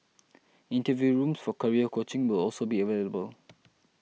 interview rooms for career coaching will also be available